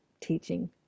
teaching